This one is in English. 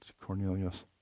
Cornelius